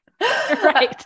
Right